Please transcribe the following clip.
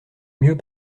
mieux